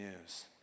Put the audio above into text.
news